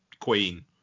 Queen